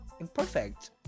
imperfect